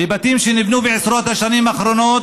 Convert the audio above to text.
ואדי עארה, לבתים שנבנו בעשרות השנים האחרונות,